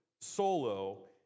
solo